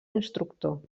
instructor